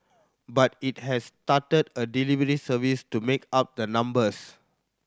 but it has started a delivery service to make up the numbers